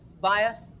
bias